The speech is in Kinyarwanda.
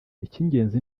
icy’ingenzi